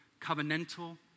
covenantal